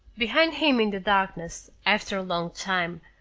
behind him in the darkness, after a long time,